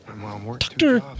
Doctor